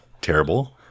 terrible